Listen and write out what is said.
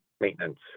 maintenance